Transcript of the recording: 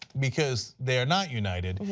because they are not united.